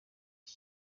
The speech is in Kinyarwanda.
iki